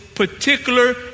Particular